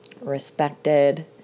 respected